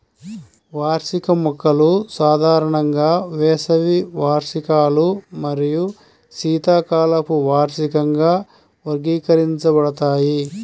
వార్షిక మొక్కలు సాధారణంగా వేసవి వార్షికాలు మరియు శీతాకాలపు వార్షికంగా వర్గీకరించబడతాయి